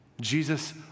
Jesus